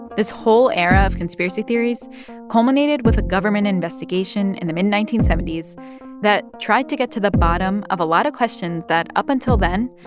this whole era of conspiracy theories culminated with a government investigation in the mid nineteen seventy s that tried to get to the bottom of a lot of questions that, up until then,